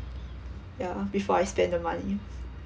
ya before I spend the money